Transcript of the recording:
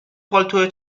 پالتو